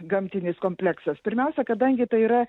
gamtinis kompleksas pirmiausia kadangi tai yra